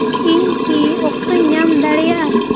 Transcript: ᱤᱧ ᱠᱤ ᱚᱠᱛᱚᱧ ᱧᱟᱢ ᱫᱟᱲᱮᱭᱟᱜᱼᱟ